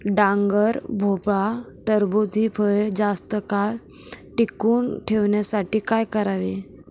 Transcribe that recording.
डांगर, भोपळा, टरबूज हि फळे जास्त काळ टिकवून ठेवण्यासाठी काय करावे?